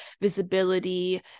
visibility